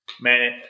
man